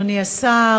אדוני השר,